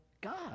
God